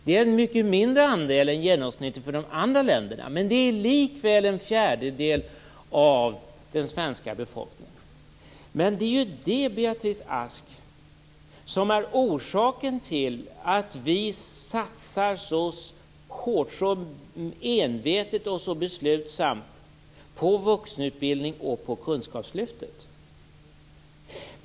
Det är en mycket mindre andel än genomsnittet för andra länder, men det handlar likväl om en fjärdedel av den svenska befolkningen. Det, Beatrice Ask, är orsaken till att vi satsar så hårt, envetet och beslutsamt på vuxenutbildning och på kunskapslyftet.